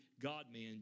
God-man